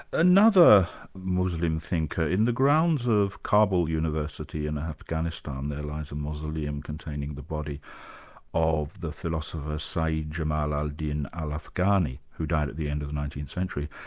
another muslim thinker, in the grounds of kabul university in afghanistan, there lies a mausoleum containing the body of the philosopher sayyid jamal al-din al-afghani, who died at the end of the nineteenth century.